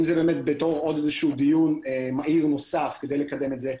אם זה באמת בתור עוד איזה שהוא דיון מהיר נוסף כדי לקדם את זה,